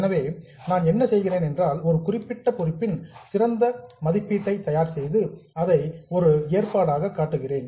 எனவே நான் என்ன செய்கிறேன் என்றால் ஒரு குறிப்பிட்ட பொறுப்பின் சிறந்த எஸ்டிமேட் மதிப்பீட்டை தயார் செய்து அதை ஒரு ஏற்பாடாக காட்டுகிறேன்